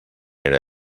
era